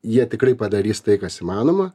jie tikrai padarys tai kas įmanoma